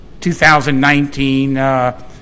2019